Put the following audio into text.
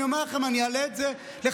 אני אומר לכם שאני אעלה את זה לחקיקה,